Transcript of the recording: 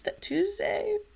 Tuesday